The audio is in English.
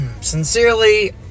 Sincerely